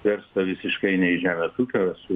verslą visiškai ne iš žemės ūkio esu